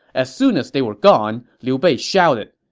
as soon as they were gone, liu bei shouted,